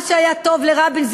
מה שהיה טוב לרבין,